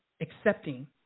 accepting